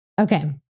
Okay